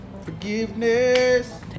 forgiveness